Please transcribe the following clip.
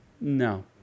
no